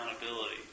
accountability